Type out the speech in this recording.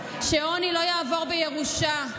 שעוני לא יעבור בירושה.